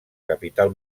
capital